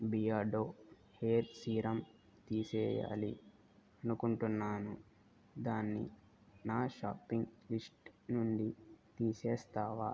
Beardo hair serum తీసేయాలి అనుకుంటున్నాను దాన్ని నా షాపింగ్ లిస్టు నుండి తీసేస్తావా